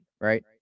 right